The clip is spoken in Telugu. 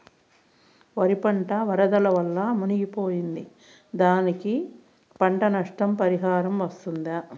వరి పంట వరదల వల్ల మునిగి పోయింది, దానికి పంట నష్ట పరిహారం వస్తుందా?